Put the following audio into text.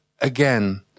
again